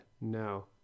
no